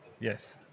Yes